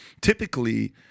Typically